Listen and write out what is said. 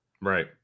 Right